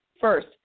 First